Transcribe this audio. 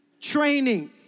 training